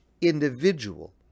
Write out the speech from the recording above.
individual